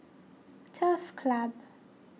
Turf Club